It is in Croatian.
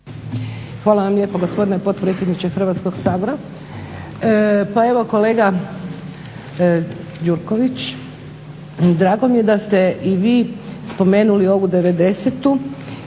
Hvala vam lijepo gospodine potpredsjedniče Hrvatskog sabora. Pa evo kolega Gjurković drago mi je da ste i vi spomenuli ovu